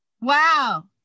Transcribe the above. Wow